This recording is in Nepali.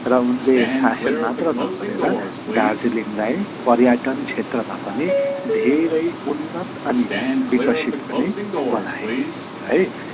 र उनले शासन मात्र नगरेर दार्जीलिङलाई पर्यटन क्षेत्रमा पनि धेरै उन्नत अनि विकसित पनि बनाए है